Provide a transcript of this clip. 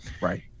Right